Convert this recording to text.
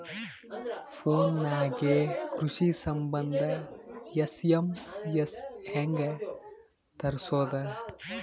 Phone ನಾಗೆ ಕೃಷಿ ಸಂಬಂಧ ಎಸ್.ಎಮ್.ಎಸ್ ಹೆಂಗ ತರಸೊದ?